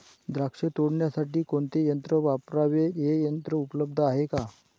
द्राक्ष तोडण्यासाठी कोणते यंत्र वापरावे? हे यंत्र उपलब्ध आहे का?